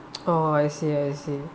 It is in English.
oh I see I see